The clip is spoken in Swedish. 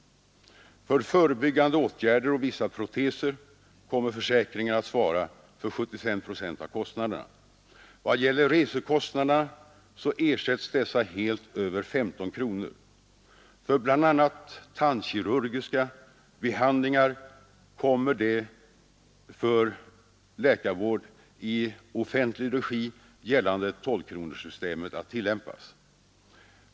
I fråga om förebyggande åtgärder och vissa proteser kommer försäkringen att svara för 75 procent av kostnaderna. Vad gäller resekostnaderna så ersätts dessa helt över 15 kronor. För bl.a. tandkirurgiska behandlingar kommer det vid läkarvård i offentlig regi gällande 12-kronorssystemet att tillämpas.